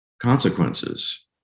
consequences